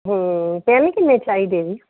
pin ਕਿੰਨੇ ਚਾਹੀਦੇ ਜੀ